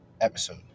episode